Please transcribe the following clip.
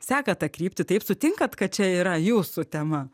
seka tą kryptį taip sutinkat kad čia yra jūsų tema